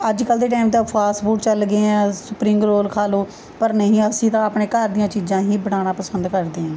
ਅੱਜ ਕੱਲ੍ਹ ਦੇ ਟਾਈਮ ਦਾ ਫਾਸਟ ਫੂਡ ਚੱਲ ਗਏ ਆ ਸਪ੍ਰਿੰਗ ਰੋਲ ਖਾ ਲਉ ਪਰ ਨਹੀਂ ਅਸੀਂ ਤਾਂ ਆਪਣੇ ਘਰ ਦੀਆਂ ਚੀਜ਼ਾਂ ਹੀ ਬਣਾਉਣਾ ਪਸੰਦ ਕਰਦੇ ਹਾਂ